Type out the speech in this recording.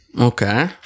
Okay